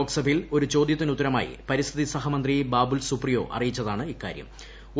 ലോക്സഭയിൽ ഒരു ചോദ്യത്തിനുത്തരമായി പരിസ്ഥിതി സഹമന്ത്രി ബാബുൽ സുപ്രിയോ അറിയിച്ചതാണ് ഇക്കാര്യം